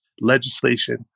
legislation